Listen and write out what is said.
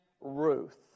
Ruth